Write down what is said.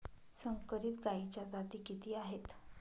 संकरित गायीच्या जाती किती आहेत?